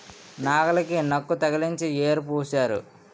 నాగలికి నక్కు తగిలించి యేరు పూశారు